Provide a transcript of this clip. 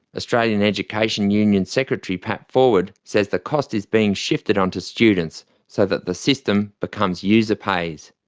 australian education union secretary pat forward says the cost is being shifted onto students so that the system becomes user-pays.